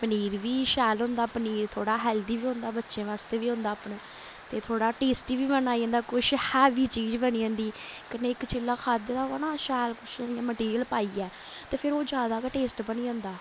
पनीर बी शैल होंदा पनीर थोह्ड़ा हैल्दी बी होंदा बच्चें बास्तै बी होंदा अपना ते थोह्ड़ा टेस्टी बी आई जंदा ते कन्नै कुछ हैवी चीज बनी जंदी कन्नै इक चिल्ला खाद्धे दा होऐ ना शैल किश इ'यां मटिरयल पाइयै फिर ओह् जैदा गै टेस्ट बनी जंदा